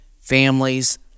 families